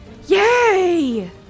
Yay